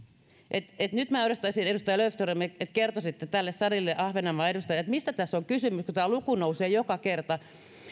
nyt minä ehdottaisin edustaja löfströmille että kertoisitte tälle salille ahvenanmaan edustajana mistä tässä on kysymys kun tämä luku nousee joka kerta